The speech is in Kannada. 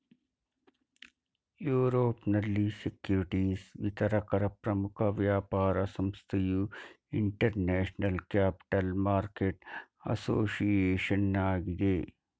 ಯುರೋಪ್ನಲ್ಲಿ ಸೆಕ್ಯೂರಿಟಿಸ್ ವಿತರಕರ ಪ್ರಮುಖ ವ್ಯಾಪಾರ ಸಂಸ್ಥೆಯು ಇಂಟರ್ನ್ಯಾಷನಲ್ ಕ್ಯಾಪಿಟಲ್ ಮಾರ್ಕೆಟ್ ಅಸೋಸಿಯೇಷನ್ ಆಗಿದೆ